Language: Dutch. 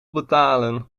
betalen